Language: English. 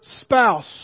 spouse